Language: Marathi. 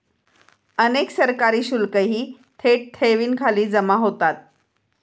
अनेक सरकारी शुल्कही थेट ठेवींखाली जमा होतात